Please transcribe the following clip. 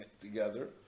together